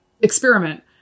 experiment